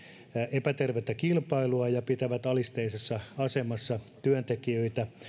epätervettä kilpailua ja pitävät alisteisessa asemassa työntekijöitä